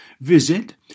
Visit